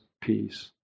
peace